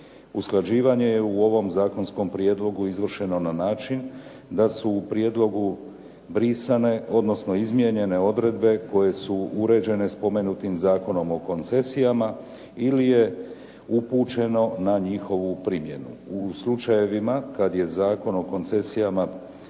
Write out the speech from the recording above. Usklađivanje je u ovom zakonskom prijedlogu izvršeno na način da su u prijedlogu brisane odnosno izmijenjene odredbe koje su uređene spomenutim Zakonom o koncesijama ili je upućeno na njihovu primjenu. U slučajevima kad je Zakon o koncesijama